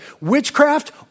witchcraft